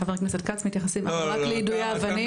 חבר הכנסת כץ מתייחסים אך ורק יידויי אבנים.